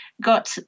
got